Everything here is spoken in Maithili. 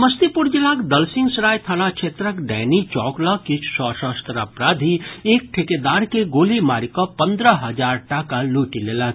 समस्तीपुर जिलाक दलसिंह सराय थाना क्षेत्रक डैनी चौक लग किछु सशस्त्र अपराधी एक ठेकेदार के गोली मारि कऽ पन्द्रह हजार टाका लूटि लेलक